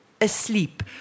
asleep